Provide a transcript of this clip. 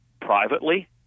privately